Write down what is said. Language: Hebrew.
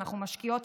אנחנו משקיעות,